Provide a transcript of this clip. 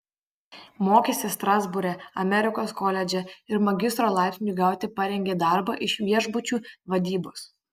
mokėsi strasbūre amerikos koledže ir magistro laipsniui gauti parengė darbą iš viešbučių vadybos